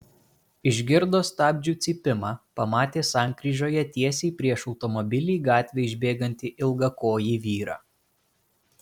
išgirdo stabdžių cypimą pamatė sankryžoje tiesiai prieš automobilį į gatvę išbėgantį ilgakojį vyrą